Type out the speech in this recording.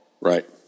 Right